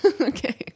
Okay